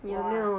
我 ah